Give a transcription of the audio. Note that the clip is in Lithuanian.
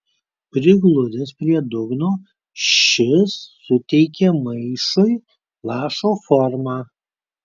prigludęs prie dugno šis suteikė maišui lašo formą